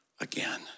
again